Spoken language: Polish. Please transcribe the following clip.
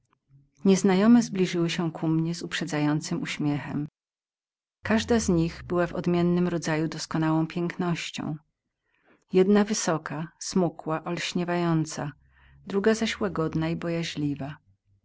nieznajome zbliżyły się ku mnie z uprzedzającym uśmiechem każda z nich była w odmiennym rodzaju doskonałą pięknością jedna wysoka giętka wspaniała druga zaś mniejsza ale za to łagodna i bojaźliwa